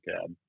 cab